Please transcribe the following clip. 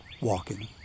walking